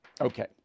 Okay